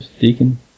Deacon